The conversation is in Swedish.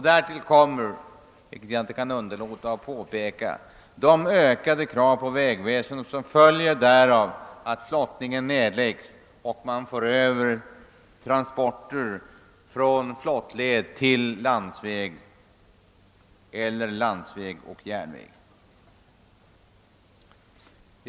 Därtill kommer, vilket jag inte kan underlåta att påpeka, de ökade krav på vägväsendet som följer av att flottningen nedlägges och transporter förs över från flottled till landsväg eller landsväg och järnväg.